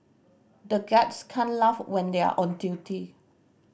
the guards can't laugh when they are on duty